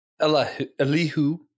Elihu